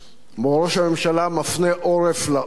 שבו ראש הממשלה מפנה עורף לעורף,